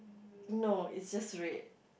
no it's just red